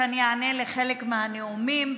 שאני אענה לחלק מהנאומים,